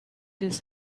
this